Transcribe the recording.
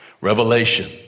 revelation